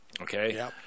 Okay